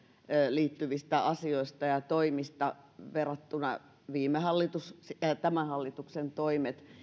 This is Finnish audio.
liittyvistä asioista ja toimista viime hallituksen toimet verrattuna tämän hallituksen toimiin